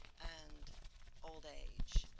and old age.